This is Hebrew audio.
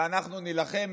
ואנחנו נילחם,